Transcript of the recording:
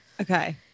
Okay